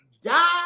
die